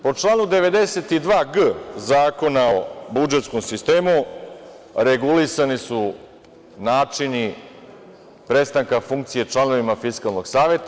Po članu 92g Zakona o budžetskom sistemu regulisani su načini prestanka funkcije članovima Fiskalnog saveta.